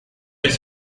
есть